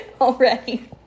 already